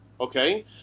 okay